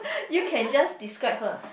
you can just describe her